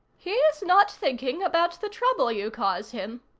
he's not thinking about the trouble you cause him,